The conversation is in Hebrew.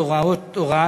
גפני.